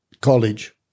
college